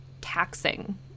taxing